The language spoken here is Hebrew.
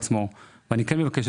אני כן מבקש,